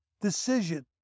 decision